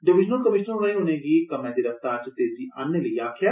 divisional commissioner होरें उनेंगी कम्मै दी रफ्तार च तेज़ी आनने लेई आक्खेआ